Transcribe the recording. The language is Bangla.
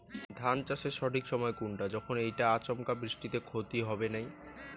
ধান চাষের সঠিক সময় কুনটা যখন এইটা আচমকা বৃষ্টিত ক্ষতি হবে নাই?